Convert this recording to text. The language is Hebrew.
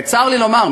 צר לי לומר,